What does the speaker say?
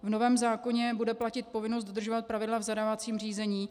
V novém zákoně bude platit povinnost dodržovat pravidla v zadávacím řízení.